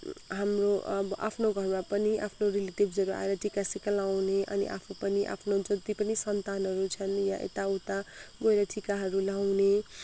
हाम्रो आफ्नो घरमा पनि आफ्नो रिलेटिभ्सहरू आएर टिका सिका लाउने अनि आफू पनि आफ्नो जति पनि सन्तानहरू छन् या यताउता गएर टिकाहरू लाउने